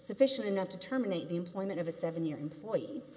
sufficient enough to terminate the employment of a seven year employee